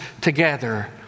together